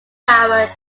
power